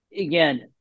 again